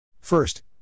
First